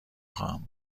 خواهم